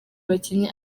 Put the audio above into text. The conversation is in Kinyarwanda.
bakinnyi